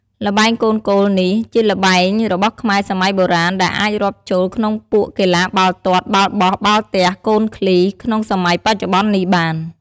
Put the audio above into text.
ល្បែងកូនគោលនេះ ជាល្បែរបស់ខ្មែរសម័យបុរាណ ដែលអាចរាប់ចូលក្នុងពួកកីឡាបាល់ទាត់ បាល់បោះ បាល់ទះ កូនឃ្លី ក្នុងសម័យបច្ចុប្បន្ននេះបាន។